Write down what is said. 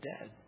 dead